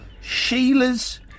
Sheila's